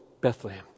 Bethlehem